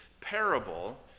parable